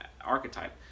archetype